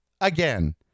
Again